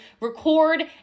record